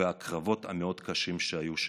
והקרבות המאוד-קשים שהיו שם.